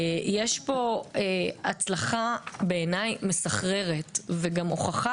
יש פה הצלחה בעיניי מסחררת וגם הוכחה